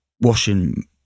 washing